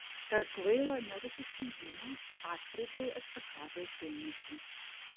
per kvailą nerūpestingumą atkreipiau estakados dėmesį